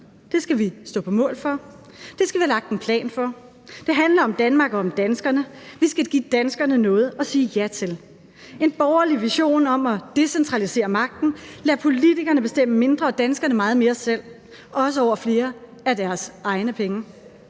Det skal vi stå på mål for. Det skal vi have lagt en plan for. Det handler om Danmark og om danskerne. Vi skal give danskerne noget at sige ja til: en borgerlig vision om at decentralisere magten, lade politikerne bestemme mindre og danskerne meget mere selv, også over flere af deres egne penge;